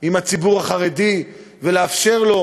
עם הציבור החרדי ולאפשר לו